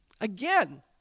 Again